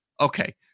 Okay